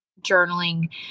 journaling